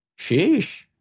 Sheesh